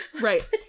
Right